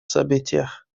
событиях